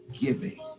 giving